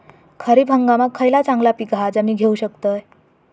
खरीप हंगामाक खयला चांगला पीक हा जा मी घेऊ शकतय?